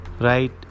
right